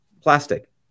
plastic